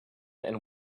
and